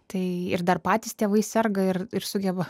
tai ir dar patys tėvai serga ir ir sugeba